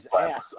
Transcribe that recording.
ass